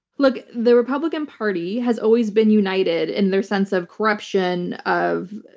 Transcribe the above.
look, the republican party has always been united in their sense of corruption of,